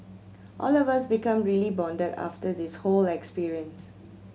all of us became really bonded after this whole experience